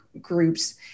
groups